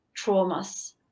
traumas